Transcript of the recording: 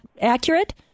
accurate